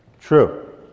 True